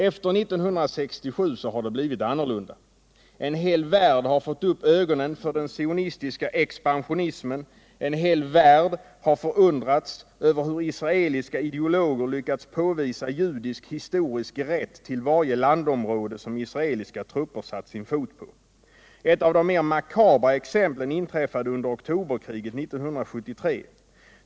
Efter 1967 har det blivit annorlunda. En hel värld har fått upp ögonen för den sionistiska expansionismen, en hel värld har förundrats över hur israeliska ideologer lyckats påvisa judisk historisk rätt till varje landområde som israeliska trupper satt sin fot på. Ett av de mera makabra exemplen inträffade under oktoberkriget 1973.